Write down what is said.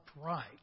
upright